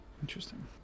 interesting